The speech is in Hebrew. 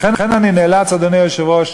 לכן אני נאלץ, אדוני היושב-ראש,